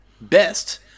best